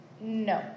No